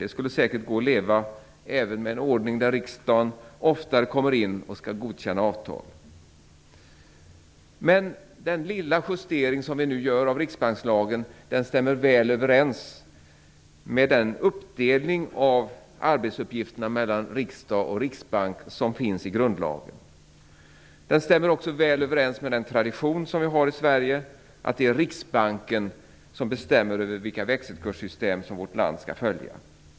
Det skulle säkert gå att leva även med en ordning där riksdagen oftare kommer in och skall godkänna avtal. Den lilla justering av riksbankslagen som vi nu gör stämmer väl överens med den uppdelning av arbetsuppgifterna mellan riksdag och riksbank som finns i grundlagen. Den stämmer också väl överens med den tradition som vi har i Sverige, att det är Riksbanken som bestämmer över vilka växelkurssystem vårt land skall följa.